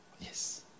Yes